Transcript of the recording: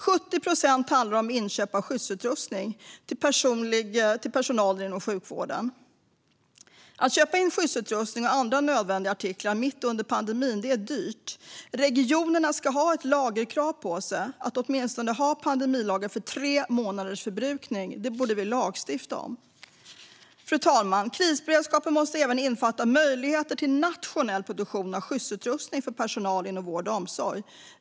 70 procent handlar om inköp av skyddsutrustning till personalen inom sjukvården. Att köpa in skyddsutrustning och andra nödvändiga artiklar mitt under pandemin är dyrt. Regionerna ska ha ett lagerkrav på sig att åtminstone ha pandemilager för tre månaders förbrukning. Det borde vi lagstifta om. Fru talman! Krisberedskapen måste även innefatta möjligheter till nationell produktion av skyddsutrustning för personal inom vård och omsorg.